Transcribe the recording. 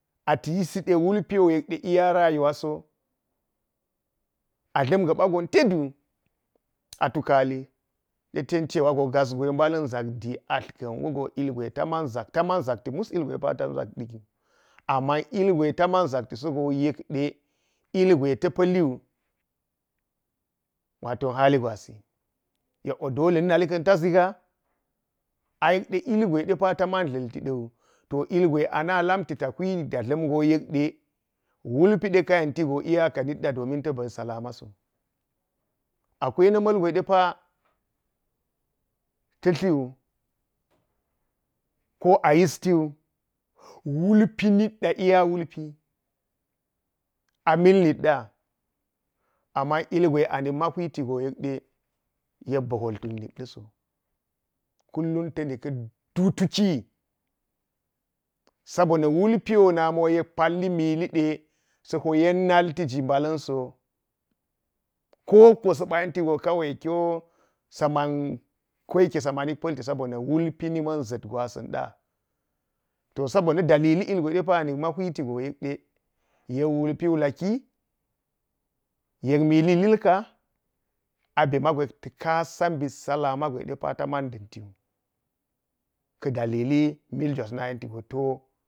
Ata yeside wulpinto yekoleiya rayuwaso a dlam gapa gon teduk a tukali yeten cewago gasgwe balan ʒak di allgan wugo ilgwe taman taman ʒakti mus ilgwe amma ilgwe taman ʒakti sogo yekde ilgwe ta palliwu wato hali gwasi yekwo dole na nalikan ta ʒiga, a yekdae ilgwe taman tlalti ɗawu to ilgwe ana lamti ta huita hlanto yekɗe wulpide ka yentigo iyaka nitda domin ta bal salamaso akwai na malgwedepa ta flau ko a yisiwu wulpi nitda iya wulpi amil nitda amman ilgwe a nikman huitigo yekbi koltuk nitdawso, kullum tani ka du tuki, saboda na wulpiwo nani wo yek palli milide sawo yen naltiji balanso ko wokko sapa yentigo kawai kiwo saman koyekke sa manik palti sanoba wuli niman ʒatgwasanda, to sabona na dallili ilgwe depa a nikma huitigo yekda yek wulp laki yek mili lilka, abe mago yekata kasa bit salama gwe taman dontiwu ka dalili miljwas